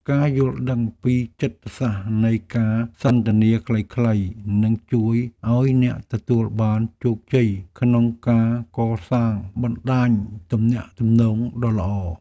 ការយល់ដឹងពីចិត្តសាស្ត្រនៃការសន្ទនាខ្លីៗនឹងជួយឱ្យអ្នកទទួលបានជោគជ័យក្នុងការកសាងបណ្ដាញទំនាក់ទំនងដ៏ល្អ។